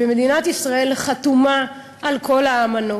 ומדינת ישראל חתומה על כל האמנות.